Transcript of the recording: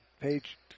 Page